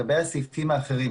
פנים.